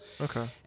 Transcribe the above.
Okay